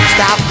Stop